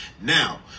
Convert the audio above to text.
Now